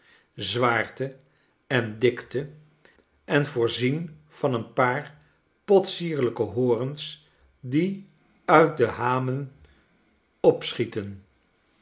zwaarte en dikte en voorzien van een paar potsierlyke horens die uit de hamen opschieten